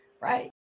Right